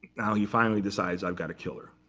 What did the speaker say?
now, he finally decides i've got to kill her,